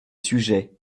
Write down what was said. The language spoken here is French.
sujets